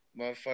Motherfucker